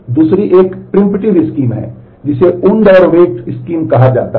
दूसरी एक प्रिम्पटीव है